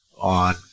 on